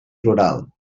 rural